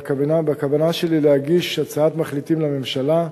בכוונתי להגיש הצעת מחליטים לממשלה,